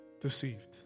deceived